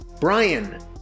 Brian